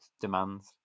demands